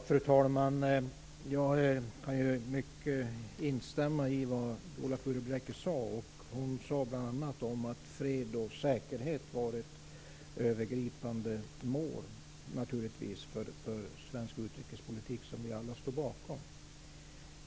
Fru talman! Jag kan i mycket instämma i vad Viola Furubjelke sade, bl.a. att fred och säkerhet naturligtvis är ett övergripande mål för svensk utrikespolitik. Detta står vi alla bakom.